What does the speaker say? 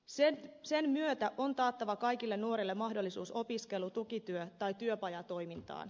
sen myötä on taattava kaikille nuorille mahdollisuus opiskeluun tukityöhön tai työpajatoimintaan